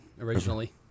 originally